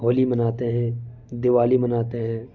ہولی مناتے ہیں دیوالی مناتے ہیں